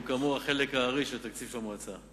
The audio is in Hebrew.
והוא כאמור חלק הארי של תקציב המועצה.